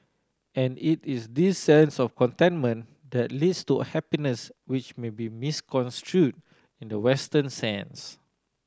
and it is this sense of contentment that leads to happiness which may be misconstrued in the Western sense